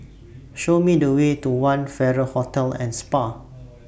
Show Me The Way to one Farrer Hotel and Spa